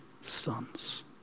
sons